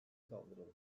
kaldırıldı